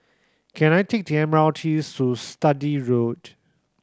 can I take the M R T to Sturdee Road